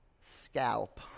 scalp